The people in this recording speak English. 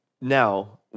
now